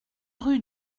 rue